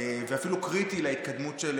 ואפילו קריטי להתקדמות.